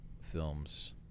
films